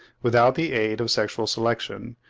without the aid of sexual selection,